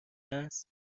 است